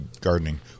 gardening